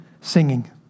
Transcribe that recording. singing